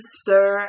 stir